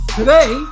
today